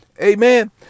amen